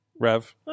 rev